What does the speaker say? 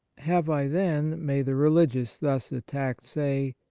have i, then, may the religious thus attacked say,